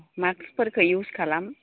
मास्कफोरखौ इउस खालाम